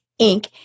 Inc